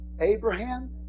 Abraham